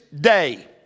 day